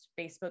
Facebook